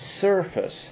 surface